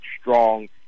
strong